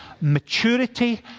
maturity